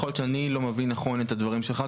יכול להיות שאני לא מבין נכון את הדברים שלך,